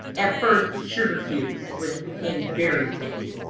at first sugar cubes, which became very sticky.